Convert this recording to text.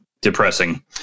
depressing